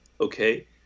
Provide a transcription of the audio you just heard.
Okay